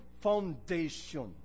foundation